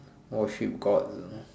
or she got